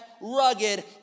rugged